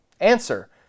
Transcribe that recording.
Answer